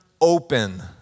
open